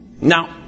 Now